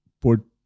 put